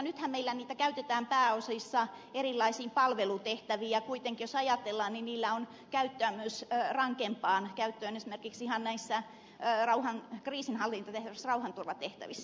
nythän meillä niitä käytetään pääasiassa erilaisiin palvelutehtäviin ja kuitenkin jos ajatellaan niillä on käyttöä myös rankempaan käyttöön esimerkiksi ihan näissä kriisinhallintatehtävissä rauhanturvatehtävissä